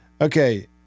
okay